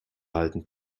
alten